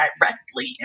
directly